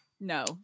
No